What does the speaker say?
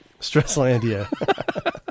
Stresslandia